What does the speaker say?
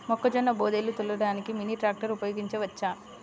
మొక్కజొన్న బోదెలు తోలడానికి మినీ ట్రాక్టర్ ఉపయోగించవచ్చా?